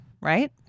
Right